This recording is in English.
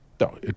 no